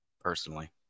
personally